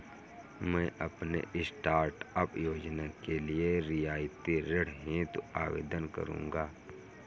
मैं अपने स्टार्टअप योजना के लिए रियायती ऋण हेतु आवेदन करूंगा